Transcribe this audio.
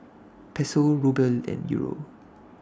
Peso Ruble and Euro